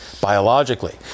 biologically